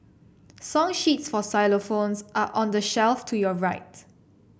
song sheets for xylophones are on the shelf to your right